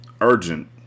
urgent